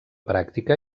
pràctica